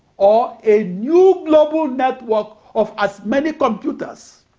or a new global network of as many computers.